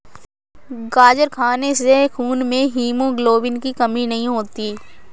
गाजर खाने से खून में हीमोग्लोबिन की कमी नहीं होती